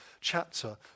chapter